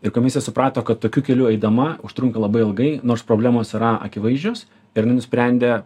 ir komisija suprato kad tokiu keliu eidama užtrunka labai ilgai nors problemos yra akivaizdžios ir inai nusprendė